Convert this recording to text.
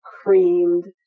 creamed